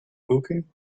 cooking